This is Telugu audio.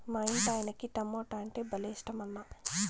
మా ఇంటాయనకి టమోటా అంటే భలే ఇట్టమన్నా